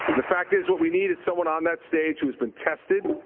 the fact is what we need is someone on that stage who has been tested,